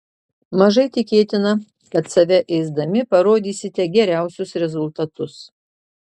mažai tikėtina kad save ėsdami parodysite geriausius rezultatus